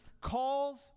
calls